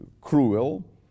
cruel